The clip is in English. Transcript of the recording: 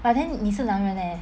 but then 你是男人 leh